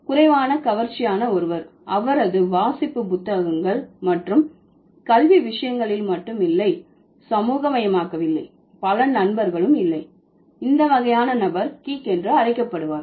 குறைவான கவர்ச்சியான ஒருவர் அவரது வாசிப்பு புத்தகங்கள் மற்றும் கல்வி விஷயங்களில் மட்டும் இல்லை சமூகமயமாக்கவில்லை பல நண்பர்களும் இல்லை இந்த வகையான நபர் கீக் என்று அழைக்கப்படுவார்